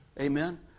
Amen